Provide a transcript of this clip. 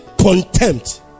contempt